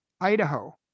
Idaho